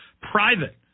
private